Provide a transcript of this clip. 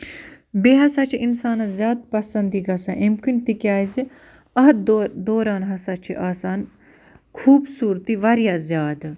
بیٚیہِ ہسا چھِ اِنسانَس زیادٕ پسنٛد یہِ گژھان اَمہِ کِنۍ تِکیٛازِ اَتھ دو دوران ہسا چھِ آسان خوٗبصوٗرتی واریاہ زیادٕ